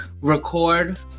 record